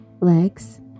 legs